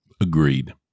agreed